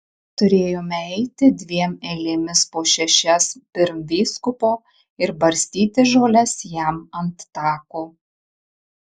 turėjome eiti dviem eilėmis po šešias pirm vyskupo ir barstyti žoles jam ant tako